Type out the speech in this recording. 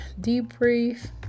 debrief